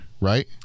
right